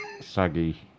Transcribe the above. saggy